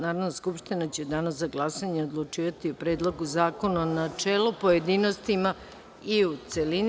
Narodna skupština će u Danu za glasanje odlučivati o Predlogu zakona u načelu, pojedinostima i u celini.